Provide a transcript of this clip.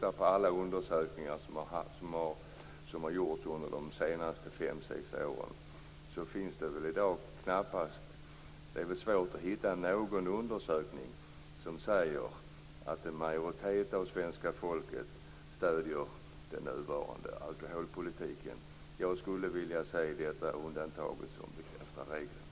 Bland alla undersökningar som har gjorts under de senaste fem-sex åren är det nog svårt att hitta en undersökning som visar på att en majoritet av svenska folket stöder den nuvarande alkoholpolitiken. Jag skulle där vilja se det undantag som bekräftar regeln.